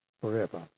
forever